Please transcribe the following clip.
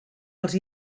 els